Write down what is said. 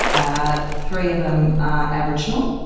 ah three of them are aboriginal.